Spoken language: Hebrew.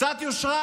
קצת יושרה,